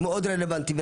מאוד רלוונטי.